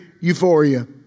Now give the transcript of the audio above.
euphoria